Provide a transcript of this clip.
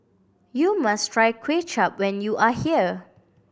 you must try Kway Chap when you are here